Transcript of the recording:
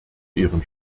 ihren